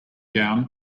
gown